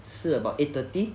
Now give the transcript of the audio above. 是 about eight thirty